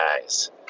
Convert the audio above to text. guys